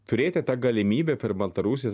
turėti tą galimybę per baltarusiją